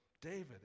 David